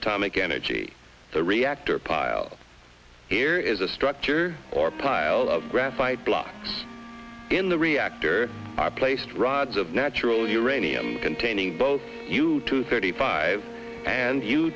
atomic energy the reactor pile here is a structure or pile of graphite block in the reactor placed rods of natural uranium containing both you to thirty five and you